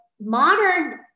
modern